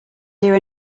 hear